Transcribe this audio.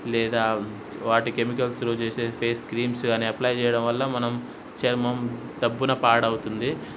లేదా వాటికి chemicals through చేసే పేస్ క్రీమ్స్ కాని అప్లై చేయడం వల్ల మనం చర్మం డబ్బున పాడవుతుంది